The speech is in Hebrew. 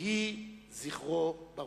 יהי זכרו ברוך.